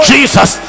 Jesus